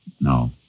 No